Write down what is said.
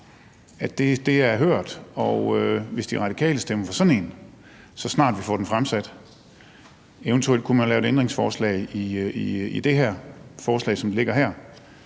at det er hørt, og hvis De Radikale stemmer for sådan ét, så snart vi får det fremsat – eventuelt kunne man lave et ændringsforslag til det forslag, som ligger her